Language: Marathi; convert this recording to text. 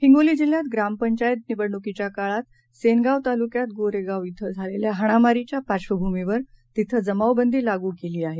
हिंगोलीजिल्ह्यातग्रामपंचायतनिवडणुकीच्याकाळातसेनगावतालुक्यातगोरेगाव शिंझालेल्याहाणामारीच्यापार्श्वभूमीवरतिथंजमावबं दीलागूकेलीआहे